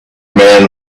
man